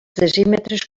decímetres